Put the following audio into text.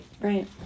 Right